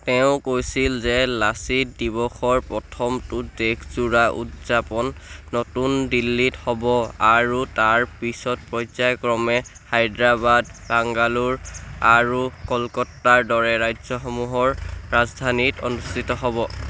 তেওঁ কৈছিল যে 'লাচিত দিৱস'ৰ প্ৰথমটো দেশজোৰা উদযাপন নতুন দিল্লীত হ'ব আৰু তাৰ পিছত পৰ্যায়ক্ৰমে হায়দৰাবাদ বাংগালোৰ আৰু কলকাতাৰ দৰে ৰাজ্যসমূহৰ ৰাজধানীত অনুষ্ঠিত হ'ব